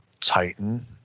Titan